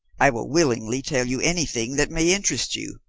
i will willingly tell you anything that may interest you,